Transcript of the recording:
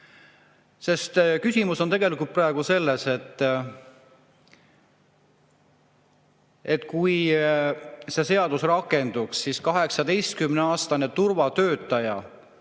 Sest küsimus on tegelikult praegu selles, et kui see seadus rakenduks, siis 18-aastane turvatöötaja